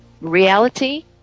reality